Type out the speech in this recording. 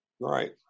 Right